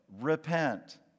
Repent